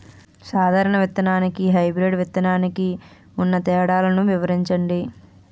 సాధారణ విత్తననికి, హైబ్రిడ్ విత్తనానికి ఉన్న తేడాలను వివరించండి?